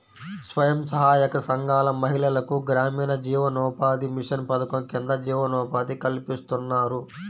స్వయం సహాయక సంఘాల మహిళలకు గ్రామీణ జీవనోపాధి మిషన్ పథకం కింద జీవనోపాధి కల్పిస్తున్నారు